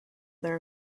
their